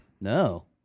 No